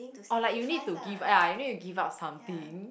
or like you need to give ya you need to give out something